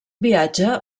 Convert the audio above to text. viatge